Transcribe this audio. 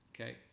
okay